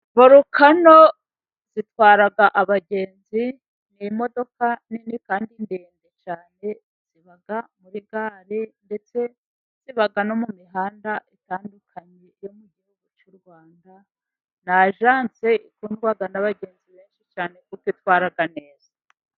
Volukano zitwara abagenzi ni imodoka nini kandi ndende cyane. Ziba muri gare, ndetse ziba no mu mihanda itandukanye yo mu gihugu cy’u Rwanda. Ni ajanse ikundwa n’abagenzi benshi cyane kuko itwara neza.